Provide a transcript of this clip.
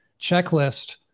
checklist